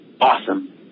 awesome